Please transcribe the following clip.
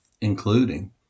including